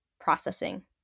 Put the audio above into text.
processing